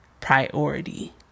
priority